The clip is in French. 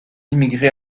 immigré